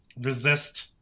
resist